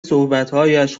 صحبتهایش